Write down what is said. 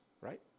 right